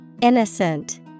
Innocent